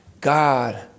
God